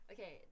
Okay